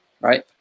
right